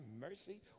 mercy